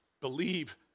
believe